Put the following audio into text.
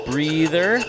breather